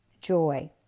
joy